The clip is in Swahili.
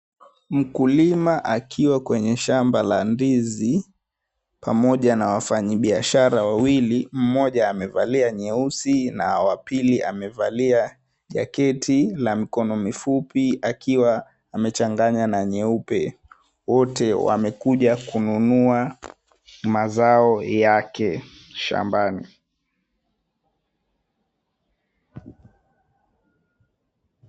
Mkulima akiwa kwenye shamba la ndizi pamoja na wafanyi biashara wawili, mmoja amevalia nyeusi na wa pili amevalia jaketi la mikono mifupi akiwa amechanganya na nyeupe. Wote wamekuja kununua mazao yake shambani.